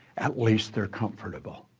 at least they're comfortable.